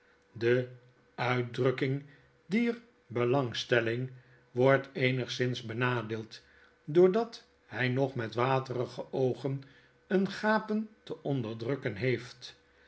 de uitdrukking dier belangstelling wordt eenigszins benadeeld doordat hy nog met waterige oogen een gapen te onder drukken heeft